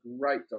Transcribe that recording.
great